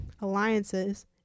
alliances